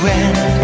end